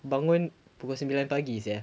bangun pukul sembilan pagi sia